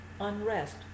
unrest